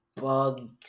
bug